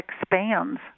expands